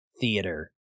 theater